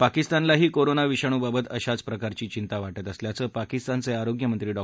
पाकिस्तानलाही corona विषाणूबाबत अशाचं प्रकारची चितां वाटत असल्याचं पाकिस्तांचआरोग्यमंत्री डॉ